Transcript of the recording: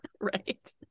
right